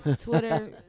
Twitter